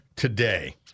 Today